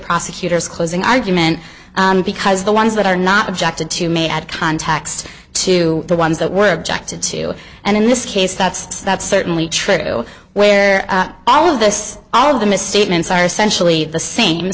prosecutor's closing argument because the ones that are not objected to may had contacts to the ones that were objected to and in this case that's that's certainly true where all of this all of the misstatements are essentially the same